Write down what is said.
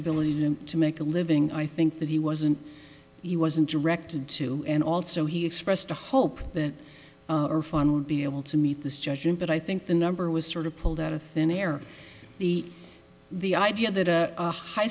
ability to make a living i think that he wasn't he wasn't directed to and also he expressed a hope that our fun would be able to meet this judgment but i think the number was sort of pulled out of thin air the the idea that